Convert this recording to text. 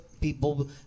people